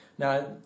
Now